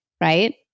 right